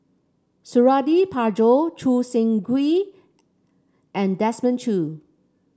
Suradi Parjo Choo Seng Quee and Desmond Choo